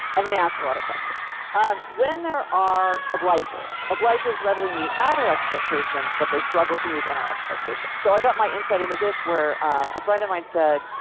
and they ask a lot of questions um then there are obligers. obligers readily meet outer expectations, but they struggle to meet inner expectations. so i got my insight into this where a friend of mine said,